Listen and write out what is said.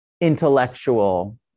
intellectual